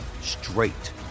straight